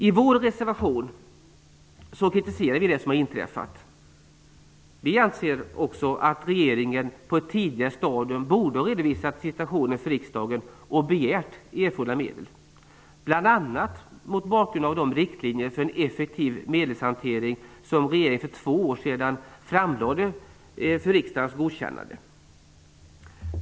I vår reservation kritiserar vi det som har inträffat. Vi anser också att regeringen på ett tidigare stadium borde ha redovisat situationen för riksdagen och begärt erforderliga medel, bl.a. mot bakgrund av de riktlinjer för en effektiv medelshantering som regeringen för två år sedan framlade för riksdagens godkännande.